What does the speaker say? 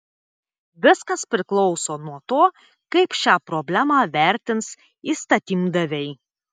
viskas priklauso nuo to kaip šią problemą vertins įstatymdaviai